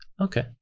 okay